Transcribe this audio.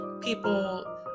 people